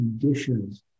conditions